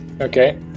okay